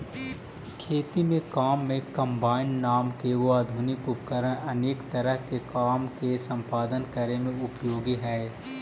खेती के काम में कम्बाइन नाम के एगो आधुनिक उपकरण अनेक तरह के कारम के सम्पादन करे में उपयोगी हई